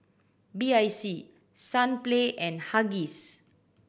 B I C Sunplay and Huggies